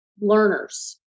learners